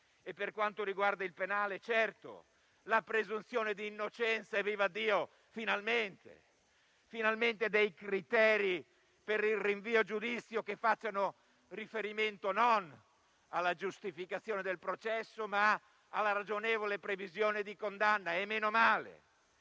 Per quanto riguarda il penale, penso alla presunzione di innocenza: vivaddio, finalmente! Finalmente ci sono dei criteri, per il rinvio a giudizio, che fanno riferimento non alla giustificazione del processo, ma alla ragionevole previsione di condanna: meno male!